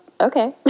okay